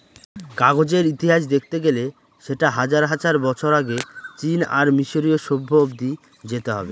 কাগজের ইতিহাস দেখতে গেলে সেটা হাজার হাজার বছর আগে চীন আর মিসরীয় সভ্য অব্দি যেতে হবে